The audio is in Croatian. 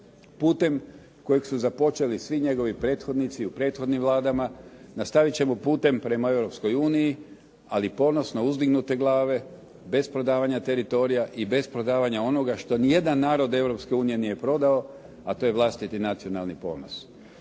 putem kojeg su započeli svi njegovi prethodnici u prethodnim Vladama, nastavit ćemo putem prema Europskoj uniji, ali ponosno uzdignute glave bez prodavanja teritorija i bez prodavanja onoga što ni jedan narod Europske unije nije prodao a to je vlastiti nacionalni ponos.